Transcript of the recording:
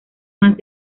más